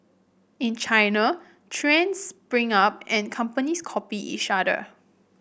in China trends spring up and companies copy each other